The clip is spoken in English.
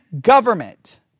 government